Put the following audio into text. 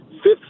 fifth